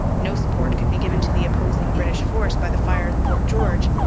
no support could be given to the opposing british force by the fire of fort george,